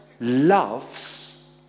loves